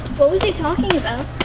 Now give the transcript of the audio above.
what was he talking about?